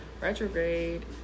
retrograde